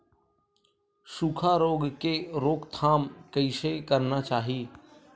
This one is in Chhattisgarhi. सुखा रोग के रोकथाम कइसे करना चाही?